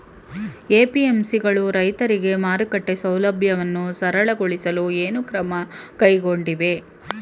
APMC ಗಳು ರೈತರಿಗೆ ಮಾರುಕಟ್ಟೆ ಸೌಲಭ್ಯವನ್ನು ಸರಳಗೊಳಿಸಲು ಏನು ಕ್ರಮ ಕೈಗೊಂಡಿವೆ?